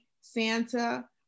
Santa